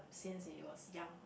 since he was young